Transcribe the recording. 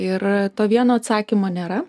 ir to vieno atsakymo nėra